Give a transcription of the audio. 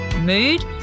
mood